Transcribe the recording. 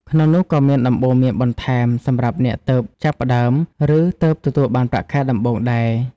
ក្នុងនោះក៏មានដំបូន្មានបន្ថែមសម្រាប់អ្នកទើបចាប់ផ្តើម ឬទើបទទួលបានប្រាក់ខែដំបូងដែរ។